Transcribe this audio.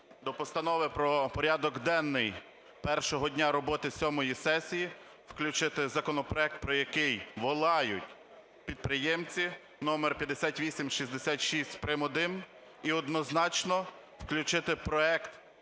до Постанови про порядок денний першого дня роботи сьомої сесії включити законопроект, про який волають підприємці, – номер 5866 прим. 1, і однозначно включити законопроект